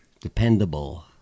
dependable